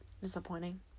disappointing